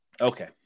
Okay